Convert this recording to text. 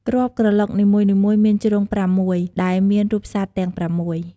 គ្រាប់ក្រឡុកនីមួយៗមានជ្រុងប្រាំមួយ ដែលមានរូបសត្វទាំងប្រាំមួយ។